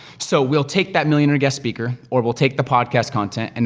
so, we'll take that millionaire guest speaker, or we'll take the podcast content, and